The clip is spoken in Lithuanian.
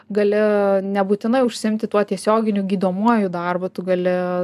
gali nebūtinai užsiimti tuo tiesioginiu gydomuoju darbu tu gali